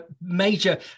major